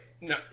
No